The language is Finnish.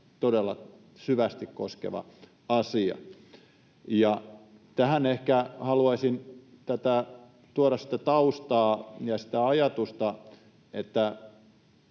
todella syvästi koskeva asia. Tähän ehkä haluaisin tuoda sitä taustaa ja sitä ajatusta, että